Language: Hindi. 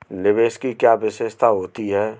निवेश की क्या विशेषता होती है?